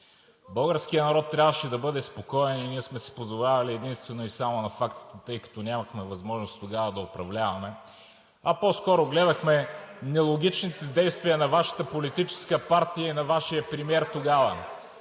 Българският народ трябваше да бъде спокоен! Ние сме се позовавали единствено и само на фактите, тъй като нямахме възможност тогава да управляваме, а по-скоро гледахме нелогичните действия на Вашата политическа партия и на Вашия премиер тогава.